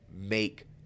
make